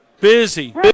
Busy